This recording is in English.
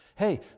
hey